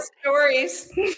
stories